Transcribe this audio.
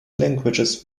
languages